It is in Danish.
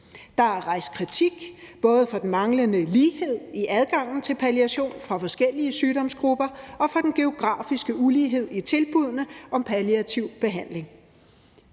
Der er rejst kritik både af den manglende lighed i adgangen til palliation for forskellige sygdomsgrupper og af den geografiske ulighed i tilbuddene om palliativ behandling.